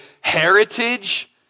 heritage